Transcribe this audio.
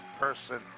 person